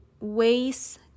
ways